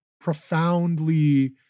Profoundly